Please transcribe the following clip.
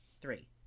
three